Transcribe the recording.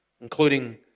including